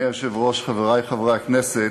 אדוני היושב-ראש, חברי חברי הכנסת,